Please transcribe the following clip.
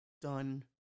done